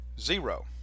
Zero